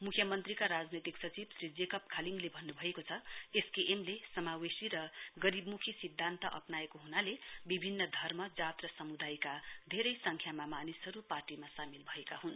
मुख्यमन्त्रीका राजनैतिक सचिव श्री जेकब खालिङले भन्न भएको छ एसकेएमले समावेशी सिक्किम र गरीबमुखी सिद्धान्त अप्राएको हुनाले विभिन्न धर्म जात र समुदायको धेरै सङ्ख्यामा मानिसहरू पार्टीमा सामेल भएका हुन्